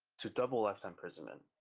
to double lifetime imprisonment,